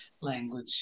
language